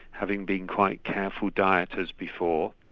having been quite careful dieters before.